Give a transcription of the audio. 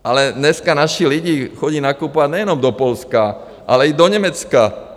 Ale dneska naši lidi chodí nakupovat nejenom do Polska, ale i do Německa.